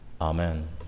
Amen